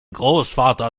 großvater